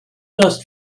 dust